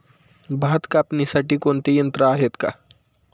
भात कापणीसाठी कोणते यंत्र आहेत का?